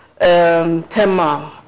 temma